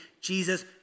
Jesus